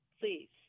please